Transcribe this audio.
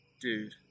Dude